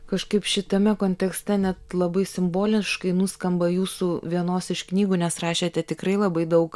kažkaip šitame kontekste net labai simboliškai nuskamba jūsų vienos iš knygų nes rašėte tikrai labai daug